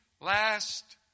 last